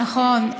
נכון.